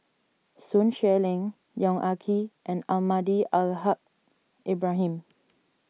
Sun Xueling Yong Ah Kee and Almahdi Al Haj Ibrahim